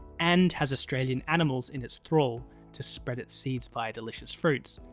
and has australian animals in its thrall to spread its seeds via delicious fruits,